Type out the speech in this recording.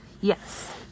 Yes